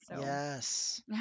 Yes